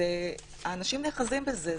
האנשים נאחזים בזה,